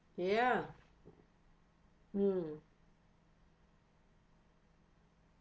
ya mm